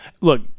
Look